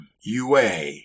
UA